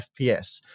FPS